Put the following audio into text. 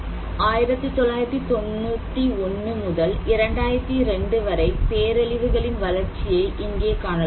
1991 முதல் 2002 வரை பேரழிவுகளின் வளர்ச்சியை இங்கே காணலாம்